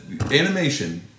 animation